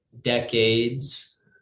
decades